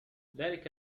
ذلك